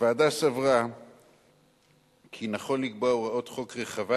הוועדה סברה כי נכון לקבוע הוראת חוק רחבה,